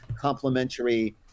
complementary